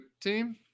Team